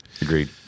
agreed